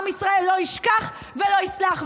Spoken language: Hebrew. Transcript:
עם ישראל לא ישכח ולא יסלח.